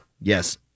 Yes